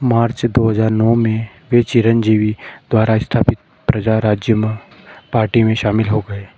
मार्च दो हज़ार नौ में वह चिरंजीवी द्वारा स्थापित प्रजा राज्य म पार्टी में शामिल हो गए